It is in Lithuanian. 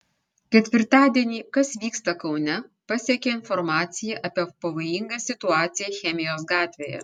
ketvirtadienį kas vyksta kaune pasiekė informacija apie pavojingą situaciją chemijos gatvėje